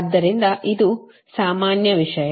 ಆದ್ದರಿಂದ ಇದು ಸಾಮಾನ್ಯ ವಿಷಯ